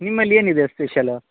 ನಿಮ್ಮಲ್ಲಿ ಏನಿದೆ ಸ್ಪೆಷಲು